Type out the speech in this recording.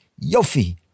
Yofi